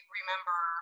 remember